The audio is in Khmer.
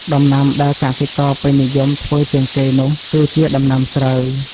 ដំណាំដែលកសិករពេញនិយមធ្វើជាងគេនោះគឺជា ដំណាំស្រូវ។